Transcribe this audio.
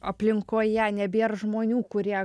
aplinkoje nebėra žmonių kurie